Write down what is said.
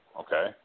Okay